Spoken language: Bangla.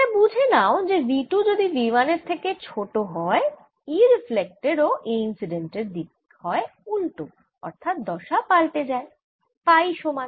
এটা বুঝে নাও যে v 2 যদি v 1 এর থেকে ছোট হয় E রিফ্লেক্টেড ও E ইন্সিডেন্ট এর দিক হয় উলটো অর্থাৎ দশা পাল্টে যায় পাই সমান